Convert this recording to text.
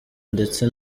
ndetse